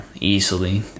Easily